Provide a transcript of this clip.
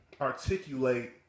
articulate